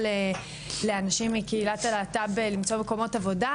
לאנשים מקהילת הלהט"ב למצוא מקומות עבודה,